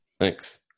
Thanks